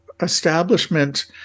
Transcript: establishment